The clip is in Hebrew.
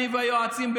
אני והיועצים,